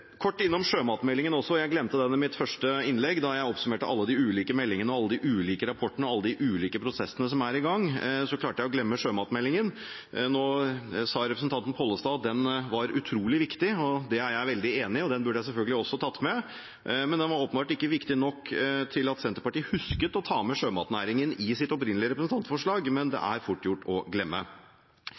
Kort innom sjømatmeldingen – jeg glemte den i mitt første innlegg. Da jeg oppsummerte alle de ulike meldingene, alle de ulike rapportene og alle de ulike prosessene som er i gang, klarte jeg å glemme sjømatmeldingen. Nå sa representanten Pollestad at den var utrolig viktig, og det er jeg veldig enig i, den burde jeg selvfølgelig også tatt med. Men den var åpenbart ikke viktig nok til at Senterpartiet husket å ta med sjømatnæringen i sitt opprinnelige representantforslag. Men det er fort gjort å glemme.